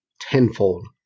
tenfold